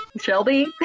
Shelby